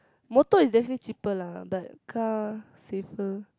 motor is definitely cheaper lah but car safer